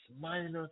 minus